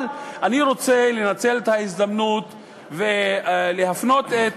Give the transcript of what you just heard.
אבל אני רוצה לנצל את ההזדמנות ולהפנות את